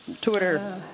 Twitter